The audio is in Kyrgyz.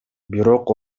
бирок